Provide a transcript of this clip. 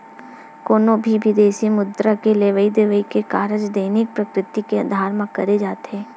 कोनो भी बिदेसी मुद्रा के लेवई देवई के कारज दैनिक प्रकृति के अधार म करे जाथे